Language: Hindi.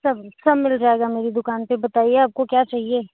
सब सब मिल जाएगा मेरी दुकान पर बताइए आपको क्या चाहिए